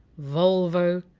volvo!